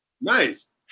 Nice